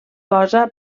cosa